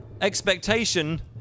expectation